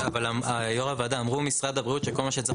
אבל אמרו משרד הבריאות שכל מה שצריך